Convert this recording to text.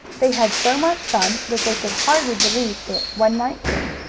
they had so much fun that they could hardly believe it when night came,